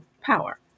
power